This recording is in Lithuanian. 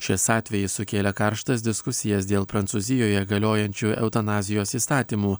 šis atvejis sukėlė karštas diskusijas dėl prancūzijoje galiojančių eutanazijos įstatymų